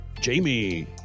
Jamie